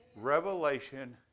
Revelation